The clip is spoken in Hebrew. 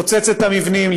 לפוצץ את המבנים,